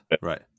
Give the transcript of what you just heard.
Right